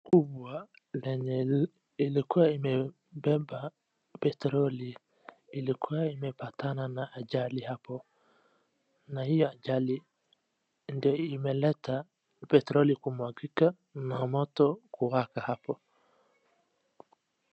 Lori kubwa lilikua limebeba petroli ilikua imepatana na ajali hapo na hii ajali ndio imeleta petroli kumwagika na moto kuwaka hapo